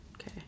Okay